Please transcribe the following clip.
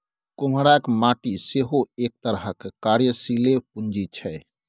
कुम्हराक माटि सेहो एक तरहक कार्यशीले पूंजी छै